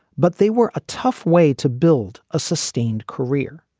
but they were a tough way to build a sustained career.